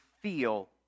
feel